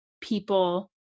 people